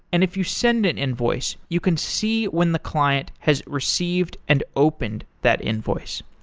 and if you send an invoice, you can see when the client has received and opened that invoice.